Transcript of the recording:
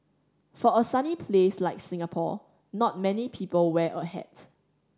for a sunny place like Singapore not many people wear a hat